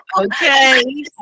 Okay